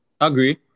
Agree